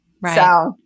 Right